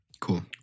Cool